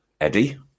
Eddie